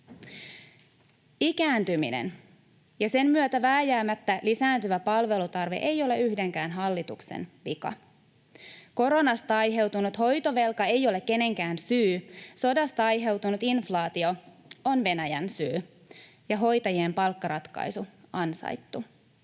Ikääntyminen ja sen myötä vääjäämättä lisääntyvä palvelutarve eivät ole yhdenkään hallituksen vika. Koronasta aiheutunut hoitovelka ei ole kenenkään syy, sodasta aiheutunut inflaatio on Venäjän syy ja hoitajien palkkaratkaisu ansaittu.